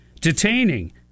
detaining